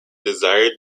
desired